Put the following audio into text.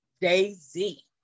Daisy